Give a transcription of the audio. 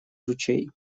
ручей